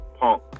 punk